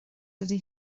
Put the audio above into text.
dydy